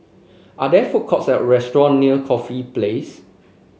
are there food courts or restaurant near Corfe Place